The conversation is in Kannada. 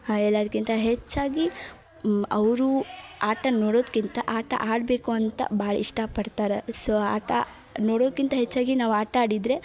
ಎಲ್ಲದ್ಕಿಂತ ಹೆಚ್ಚಾಗಿ ಅವರು ಆಟನ ನೋಡೋದಕ್ಕಿಂತ ಆಟ ಆಡಬೇಕು ಅಂತ ಭಾಳ ಇಷ್ಟಪಡ್ತಾರೆ ಸೋ ಆಟ ನೋಡೋಕ್ಕಿಂತ ಹೆಚ್ಚಾಗಿ ನಾವು ಆಟ ಆಡಿದರೆ